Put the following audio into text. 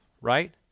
right